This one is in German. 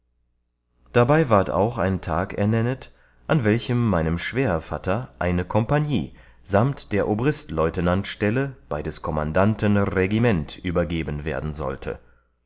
dabei ward auch ein tag ernennet an welchem meinem schwähervatter eine kompagnie samt der obristleutenantstelle bei des kommandanten regiment übergeben werden sollte